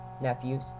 Nephews